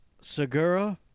Segura